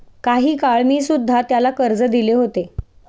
काही काळ मी सुध्धा त्याला कर्ज दिले होते